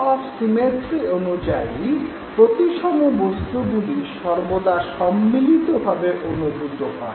law of symmetry অনুযায়ী প্রতিসম বস্তুগুলি সর্বদা সম্মিলিত ভাবে অনুভূত হয়